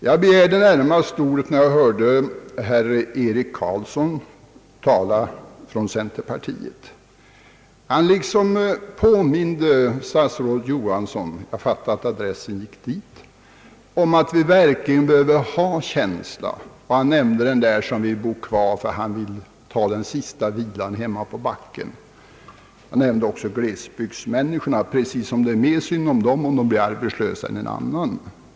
Jag begärde närmast ordet när jag hörde herr Eric Carlsson tala för centerpartiet. Han påminde statsrådet Johansson — jag fattade att adressen gällde honom — om att vi verkligen behöver ha känsla för dessa frågor. Han nämnde den som vill bo kvar på sin ort därför att han vill ta den sista vilan hemma på backen. Han nämnde också glesbygdsmänniskorna, precis som om det skulle vara mer synd om dem när de blir arbetslösa än om någon annan.